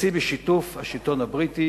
שהוציא בשיתוף השלטון הבריטי,